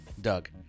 Doug